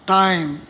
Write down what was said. time